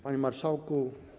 Panie Marszałku!